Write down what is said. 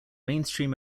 mainstream